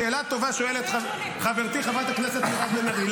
שאלה טובה שואלת חברתי חברת הכנסת מירב בן ארי.